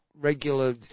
regular